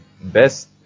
best